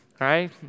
right